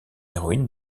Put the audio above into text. héroïne